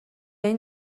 این